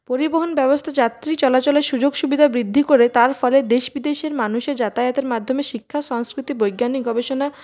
পরিবহণ ব্যবস্থা যাত্রী চলাচলের সুযোগ সুবিধা বৃদ্ধি করে তার ফলে দেশ বিদেশের মানুষের যাতায়াতের মাধ্যমে শিক্ষা সংস্কৃতি বৈজ্ঞানিক গবেষণা